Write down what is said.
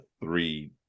three